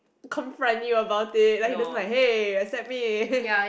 confront you about it like he doesn't like hey accept me